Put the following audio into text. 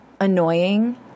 annoying